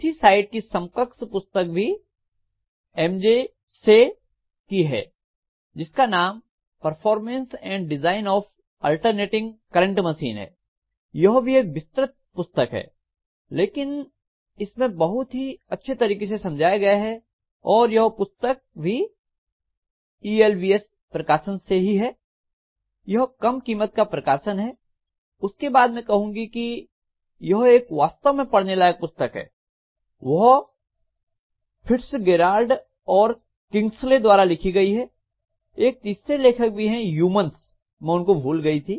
ऐसी साइड की समकक्ष पुस्तक भी एम जी से की है जिसका नाम performance and design of alternating current machine है यह भी एक विस्तृत पुस्तक है लेकिन इसमें बहुत ही अच्छे तरीके से समझाया गया है और यह पुस्तक भी ई एल बी एस प्रकाशन से है यह कम कीमत का प्रकाशन है उसके बाद मैं कहूंगी कि एक वास्तव में पढ़ने लायक पुस्तक है वह फिट्सगेराल्ड और किंग्सले द्वारा लिखी गई है एक तीसरे लेखक भी हैं यूमन्स मैं उनको भूल गई थी